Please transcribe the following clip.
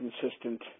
consistent